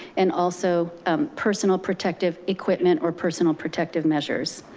and also um personal protective equipment or personal protective measures.